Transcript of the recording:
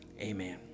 amen